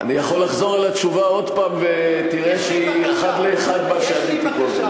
אני יכול לחזור על התשובה עוד הפעם ותראה שהיא אחת לאחת מה שעניתי קודם.